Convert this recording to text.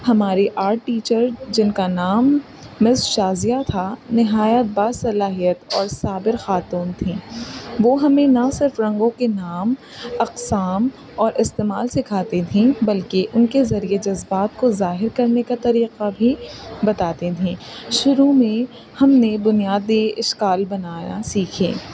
ہماری art teacher جن کا نام مس شازیہ تھا نہایت با صلاحیت اور صابر خاتون تھیں وہ ہمیں نہ صرف رنگوں کے نام اقسام اور استعمال سکھاتی تھیں بلکہ ان کے ذریعے جذبات کو ظاہر کرنے کا طریقہ بھی بتاتے تھیں شروع میں ہم نے بنیادی اشکال بنایا سیکھے